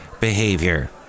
behavior